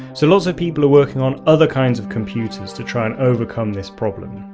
so lots of people are working on other kinds of computers to try and overcome this problem.